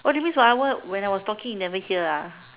that means when I were when I was talking you never hear